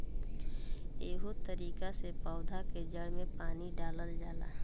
एहे तरिका से पौधा के जड़ में पानी डालल जाला